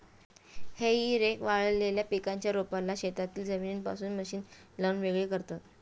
हेई रेक वाळलेल्या पिकाच्या रोपाला शेतातील जमिनीपासून मशीन चालवून वेगळे करतात